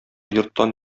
йорттан